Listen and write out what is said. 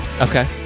Okay